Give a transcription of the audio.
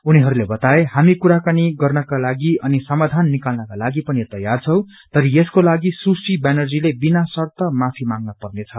उनीहरूले बताए हामी कुराकानीको लागि अनि समाधान निकाल्नको लागि पनि तयार छौँ तर यसको लागि सुज्ञर वनर्जीले विना शर्त माफी माग्न पर्नेछ